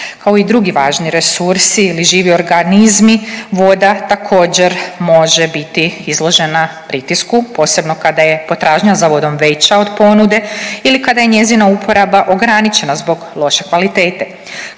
Kao i drugi važni resursi ili živi organizmi voda također može biti izložena pritisku posebno kada je potražnja za vodom veća od ponude ili kada je njezina uporaba ograničena zbog loše kvalitete.